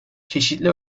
çeşitli